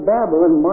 Babylon